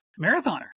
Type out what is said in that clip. marathoner